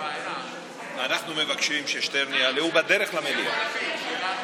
אנחנו מבקשים ששטרן יעלה, הוא בדרך למליאה.